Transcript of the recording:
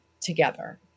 together